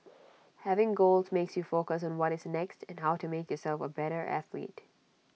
having goals makes you focus on what is next and how to make yourself A better athlete